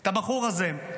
את הבחור הזה.